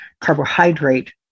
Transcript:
carbohydrate